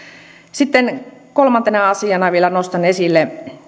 sitten kolmantena asiana vielä nostan esille